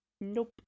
nope